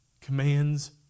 commands